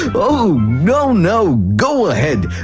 oh! no no, go ahead!